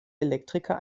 elektriker